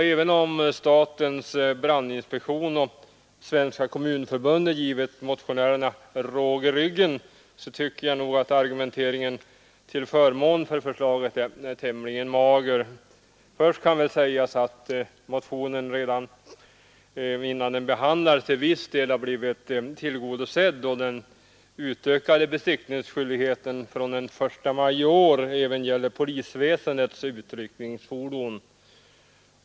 Även om statens brandinspektion och Svenska kommunförbundet givit motionärerna råg i ryggen tycker jag nog att argumenteringen till förmån för det förslaget är tämligen mager. Det kan först sägas att motionen, redan innan den behandlats, till viss del har blivit tillgodosedd då den utökade besiktningsskyldigheten från den 1 maj i år även gäller polisväsendets utryckningsfordon.